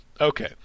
Okay